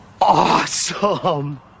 awesome